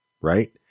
Right